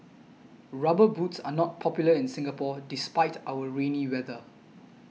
rubber boots are not popular in Singapore despite our rainy weather